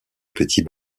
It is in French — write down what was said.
petits